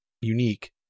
unique